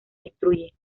destruye